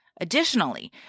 Additionally